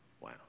Wow